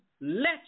let